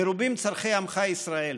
מרובים צורכי עמך ישראל.